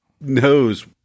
knows